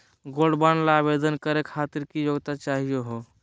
Gold bond ल आवेदन करे खातीर की योग्यता चाहियो हो?